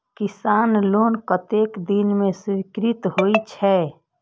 किसान लोन कतेक दिन में स्वीकृत होई छै?